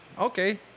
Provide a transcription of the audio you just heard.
Okay